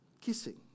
kissing